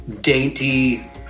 dainty